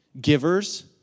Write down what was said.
Givers